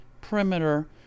Perimeter